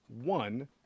one